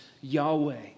Yahweh